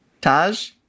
Taj